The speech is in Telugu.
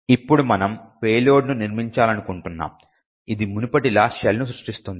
ఇప్పుడు మనం పేలోడ్ను నిర్మించాలనుకుంటున్నాము ఇది మునుపటిలా షెల్ను సృష్టిస్తుంది